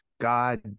God